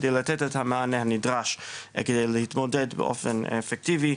כדי לתת את המענה הנדרש כדי להתמודד באופן אפקטיבי,